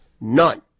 None